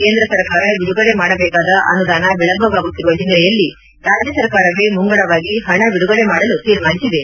ಕೇಂದ್ರ ಸರ್ಕಾರ ಬಿಡುಗಡೆ ಮಾಡಬೇಕಾದ ಅನುದಾನ ವಿಳಂಬವಾಗುತ್ತಿರುವ ಹಿನ್ನೆಲೆಯಲ್ಲಿ ರಾಜ್ಯ ಸರ್ಕಾರವೇ ಮುಂಗಡವಾಗಿ ಹಣ ಬಿಡುಗಡೆ ಮಾಡಲು ತೀರ್ಮಾನಿಸಿದೆ